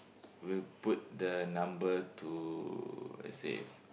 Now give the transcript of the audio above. will put the number to let's say